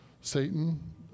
satan